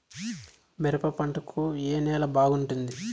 మిరప పంట కు ఏ నేల బాగుంటుంది?